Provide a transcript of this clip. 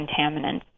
contaminants